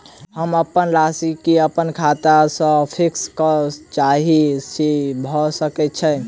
हम अप्पन राशि केँ अप्पन खाता सँ फिक्स करऽ चाहै छी भऽ सकै छै?